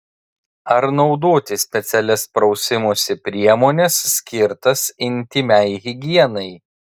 ar naudoti specialias prausimosi priemones skirtas intymiai higienai